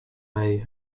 may